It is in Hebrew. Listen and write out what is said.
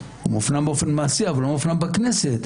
מופנם באופן מעשי, אבל לא מופנם בכנסת.